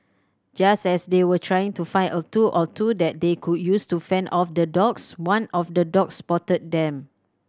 just as they were trying to find a tool or two that they could use to fend off the dogs one of the dogs spotted them